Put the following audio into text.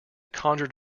conjured